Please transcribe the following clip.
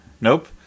Nope